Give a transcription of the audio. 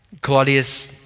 Claudius